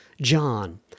John